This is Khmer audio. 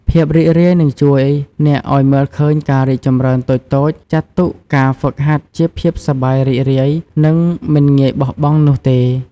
ភាពរីករាយនឹងជួយអ្នកឱ្យ មើលឃើញការរីកចម្រើនតូចៗ ចាត់ទុកការហ្វឹកហាត់ជាភាពសប្បាយរីករាយ និងមិនងាយបោះបង់នោះទេ។